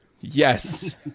Yes